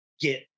get